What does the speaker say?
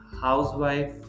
housewife